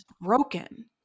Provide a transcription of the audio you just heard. broken